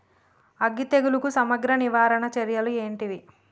అగ్గి తెగులుకు సమగ్ర నివారణ చర్యలు ఏంటివి?